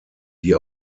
die